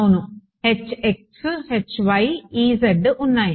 అవును ఉన్నాయి